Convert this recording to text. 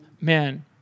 man